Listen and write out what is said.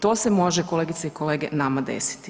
To se može kolegice i kolege nama desiti.